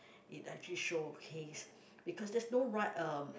it actually showcase because there's not right uh